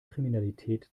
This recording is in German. kriminalität